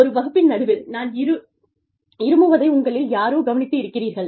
ஒரு வகுப்பின் நடுவில் நான் இருமுவதை உங்களில் யாரோ கவனித்து இருக்கிறீர்கள்